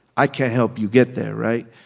i can't help you get there, right?